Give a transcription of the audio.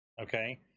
okay